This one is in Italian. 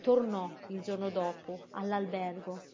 tornò il giorno dopo all'albergo